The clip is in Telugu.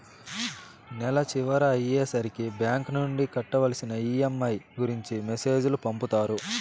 నెల చివర అయ్యే సరికి బ్యాంక్ నుండి కట్టవలసిన ఈ.ఎం.ఐ గురించి మెసేజ్ లు పంపుతారు